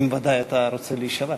אם אתה רוצה להישבע,